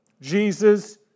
Jesus